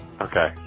Okay